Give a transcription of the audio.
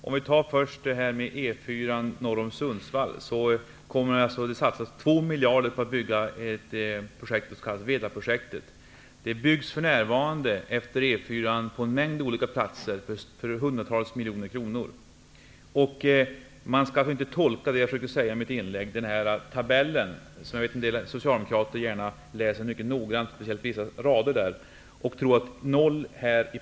Herr talman! Först några ord om E 4:an norr om Sundsvall. 2 miljarder kommer att satsas på det s.k. Vedaprojektet. För närvarande byggs det på en mängd olika platser utefter E :4:an för hundratals miljoner kronor. Man skall nog inte tolka -- jag försökte säga det i mitt tidigare inlägg -- tabellen i fråga så, att nollan innebär 0 kr. Jag vet att en del socialdemokrater läser denna tabell mycket noga. Speciellt gäller det vissa rader där.